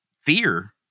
Fear